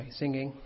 singing